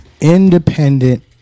independent